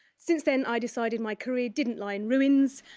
since then, i decided my career didn't lie in ruins.